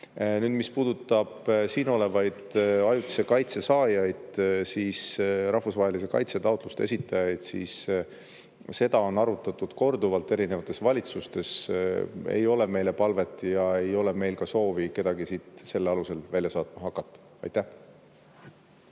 eest. Nüüd, mis puudutab siin olevaid ajutise kaitse saajaid, siis rahvusvahelise kaitse taotluste esitajaid, siis seda on arutatud korduvalt erinevates valitsustes. Ei ole meile palvet ja ei ole meil ka soovi kedagi siit selle alusel välja saatma hakata. Aitäh!